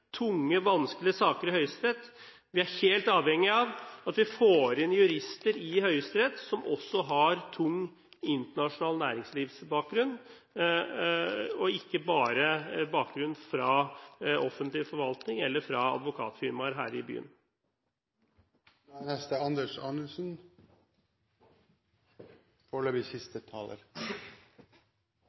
tunge, vanskelige saker i Høyesterett. Vi er helt avhengig av at vi får inn jurister i Høyesterett som også har tung internasjonal næringslivsbakgrunn, og ikke bare bakgrunn fra offentlig forvaltning eller fra advokatfirmaer her i byen.